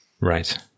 Right